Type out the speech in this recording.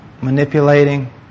manipulating